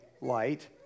light